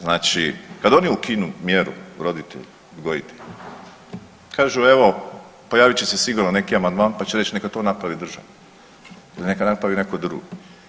Znači kad oni ukinu mjeru roditelj odgojitelj, kažu evo pojavit će se sigurno neki amandman pa će reći neka to napravi država ili neka napravi netko drugi.